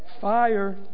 Fire